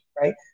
right